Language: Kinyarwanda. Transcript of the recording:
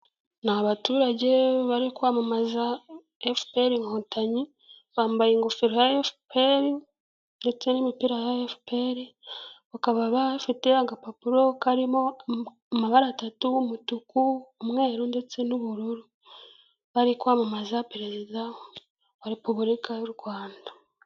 Ni abaturage bari kwamamaza FPR inkotanyi bambaye ingofero ya FPR ndetse n'imipira ya FPR,bakaba bafite agapapuro karimo amabara atatu y'umutuku, umweru, ndetse n'ubururu bari kwamamaza perezida wa repubulika y'u Rwanda.